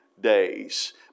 days